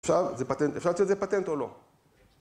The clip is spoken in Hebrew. ‫עכשיו זה פטנט. ‫אפשר להוציא על זה פטנט או לא?